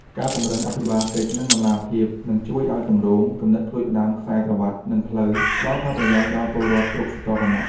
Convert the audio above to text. ការពង្រឹងអភិបាលកិច្ច និងតម្លាភាព នឹងជួយឱ្យគម្រោង គំនិតផ្ដួចផ្ដើមខ្សែក្រវាត់ និងផ្លូវ ផ្ដល់ផលប្រយោជន៍ដល់ពលរដ្ឋគ្រប់ស្រទាប់វណ្ណៈ។